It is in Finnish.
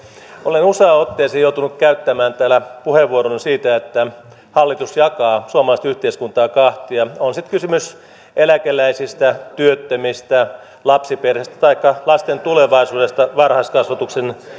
olen useaan otteeseen joutunut käyttämään täällä puheenvuoron siitä että hallitus jakaa suomalaista yhteiskuntaa kahtia on sitten kysymys eläkeläisistä työttömistä lapsiperheistä taikka lasten tulevaisuudesta varhaiskasvatuksen